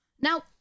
Now